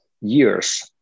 years